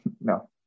no